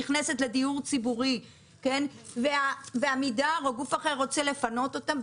נכנסת לדיור ציבורי ועמידר או גוף אחר רוצה לפנות אותם,